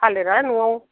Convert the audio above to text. थालिरआ न'आव